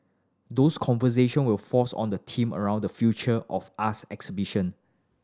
those conversation will force on the theme around the future of us exhibition